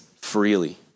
freely